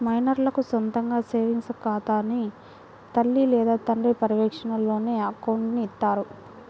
మైనర్లకు సొంతగా సేవింగ్స్ ఖాతాని తల్లి లేదా తండ్రి పర్యవేక్షణలోనే అకౌంట్ని ఇత్తారు